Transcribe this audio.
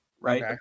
right